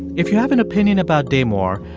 if you have an opinion about damore,